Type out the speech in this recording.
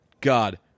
God